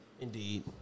Indeed